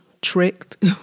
tricked